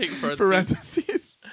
Parentheses